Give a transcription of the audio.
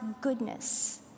goodness